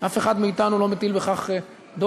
אף אחד מאתנו לא מטיל בכך דופי,